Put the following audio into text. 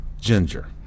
Ginger